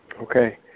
Okay